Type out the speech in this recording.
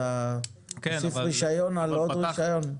אתה מוסיף רישיון על עוד רישיון.